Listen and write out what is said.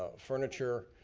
ah furniture,